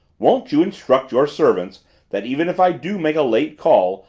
won't you instruct your servants that even if i do make a late call,